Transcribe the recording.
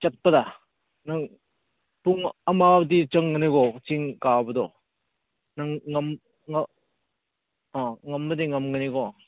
ꯆꯠꯄꯗ ꯅꯪ ꯄꯨꯡ ꯑꯃꯗꯤ ꯆꯪꯒꯅꯤꯀꯣ ꯆꯤꯡ ꯀꯥꯕꯗꯣ ꯅꯪ ꯑꯥ ꯉꯝꯕꯗꯤ ꯉꯝꯒꯅꯤꯀꯣ